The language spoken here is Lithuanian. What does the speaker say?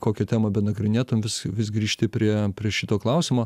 kokią temą benagrinėtum vis vis grįžti prie prie šito klausimo